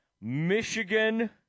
Michigan